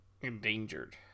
endangered